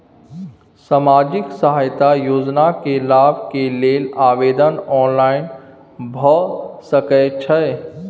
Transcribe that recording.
सामाजिक सहायता योजना के लाभ के लेल आवेदन ऑनलाइन भ सकै छै?